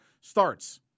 starts